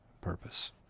purpose